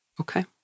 Okay